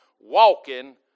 walking